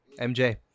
mj